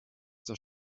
der